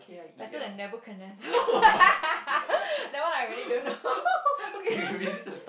better than that one I really don't know